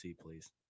please